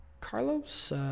Carlos –